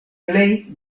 plej